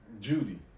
Judy